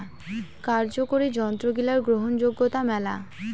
কার্যকরি যন্ত্রগিলার গ্রহণযোগ্যতা মেলা